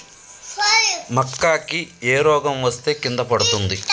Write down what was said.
మక్కా కి ఏ రోగం వస్తే కింద పడుతుంది?